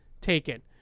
taken